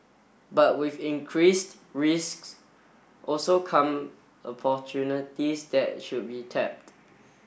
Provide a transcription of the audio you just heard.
but with increased risks also come opportunities that should be tapped